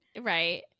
Right